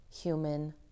human